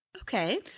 Okay